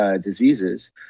diseases